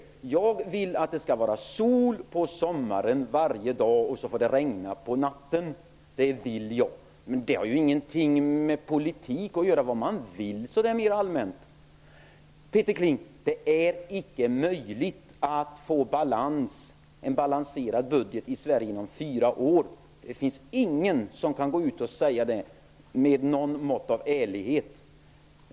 Jag vill att det skall vara sol varje dag på sommaren, och så får det regna på natten. Men vad man vill har ingenting med politik att göra. Det är icke möjligt att få en balanserad budget i Sverige inom fyra år! Ingen kan gå ut och säga det med något mått av ärlighet.